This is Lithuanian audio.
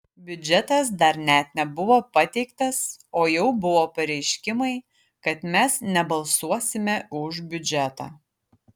biudžetas dar net nebuvo pateiktas o jau buvo pareiškimai kad mes nebalsuosime už biudžetą